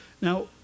Now